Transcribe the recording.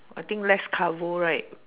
I think less carbo right